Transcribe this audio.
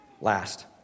Last